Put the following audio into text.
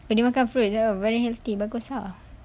dia makan fruits dia very healthy bagus ah